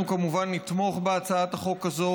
אנחנו, כמובן, נתמוך בהצעת החוק הזאת.